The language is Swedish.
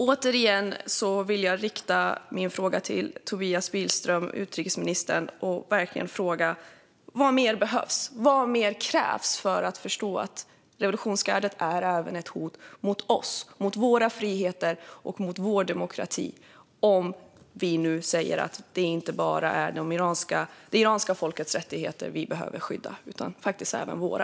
Återigen vill jag rikta mig till utrikesminister Tobias Billström och fråga: Vad mer behövs? Vad mer krävs för att förstå att revolutionsgardet är ett hot även mot oss, mot våra friheter och mot vår demokrati och att det inte bara är det iranska folkets rättigheter vi behöver skydda utan faktiskt även våra?